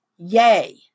Yay